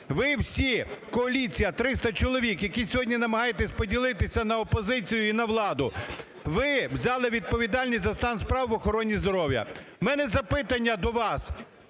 Ви всі, коаліція, 300 чоловік, які сьогодні намагаєтесь поділитися на опозицію і на владу, ви взяли відповідальність за стан справ в охороні здоров'я, в мене запитання до вас: